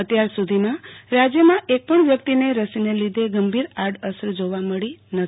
અત્યાર સુધીમાં રાજયમાં એકપણ વ્યકિતને રસીને લીધે ગંભીર આડઅસર જોવા મળી નથી